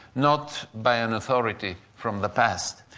not by an authority from the past.